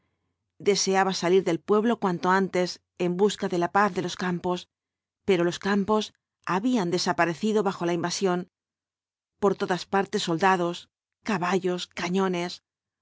deseaba salir del pueblo cuanto antes en busca de la paz de los campos pero los campos habían desaparecido bajo la invasión por todas partes soldados caballos cañones